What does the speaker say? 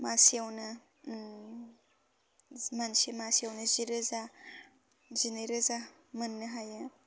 मासेआवनो मानसि मासेआवनो जिरोजा जिनैरोजा मोननो हायो